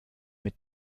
mit